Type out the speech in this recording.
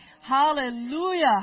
Hallelujah